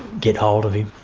get hold of him.